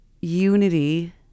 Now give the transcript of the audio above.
unity